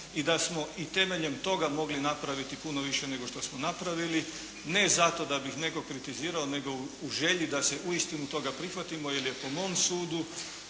i da smo i temeljem toga mogli napraviti puno više nego što smo napravili, ne zato da bih nekoga kritizirao nego u želji da se uistinu toga prihvatimo jer je po mom sudu